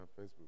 Facebook